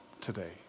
today